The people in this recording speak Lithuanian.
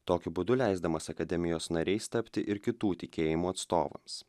tokiu būdu leisdamas akademijos nariais tapti ir kitų tikėjimų atstovams